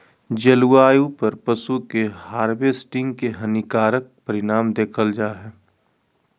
जलवायु पर पशु के हार्वेस्टिंग के हानिकारक परिणाम देखल जा हइ